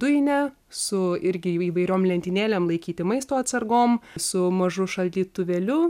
dujine su irgi įvairiom lentynėlėm laikyti maisto atsargom su mažu šaldytuvėliu